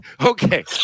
Okay